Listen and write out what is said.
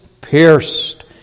pierced